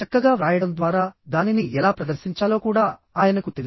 చక్కగా వ్రాయడం ద్వారా దానిని ఎలా ప్రదర్శించాలో కూడా ఆయనకు తెలుసు